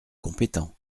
compétent